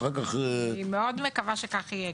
אני מאוד מקווה שכך יהיה.